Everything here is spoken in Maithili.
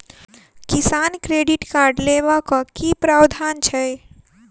किसान क्रेडिट कार्ड लेबाक की प्रावधान छै?